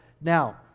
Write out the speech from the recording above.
now